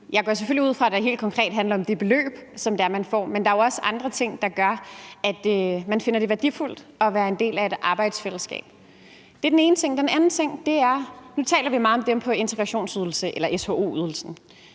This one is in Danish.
Jeg går selvfølgelig ud fra, at det helt konkret handler om det beløb, som det er man får, men der er jo også andre ting, der gør, at man finder det værdifuldt at være en del af et arbejdsfællesskab. Det er den ene ting. Den anden ting er: Nu taler vi meget om dem, der er på integrationsydelse eller sho-ydelsen,